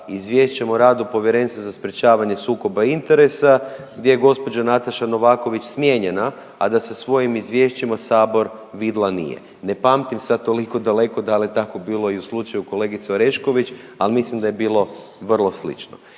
Izvješćem o radu Povjerenstva za sprječavanje sukoba interesa gdje je gospođa Nataša Novaković smijenjena a da sa svojim izvješćima Sabor vidjela nije. Ne pamtim sad toliko daleko da li je tako bilo i u slučaju kolegice Orešković, ali mislim da je bilo vrlo slično.